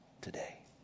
today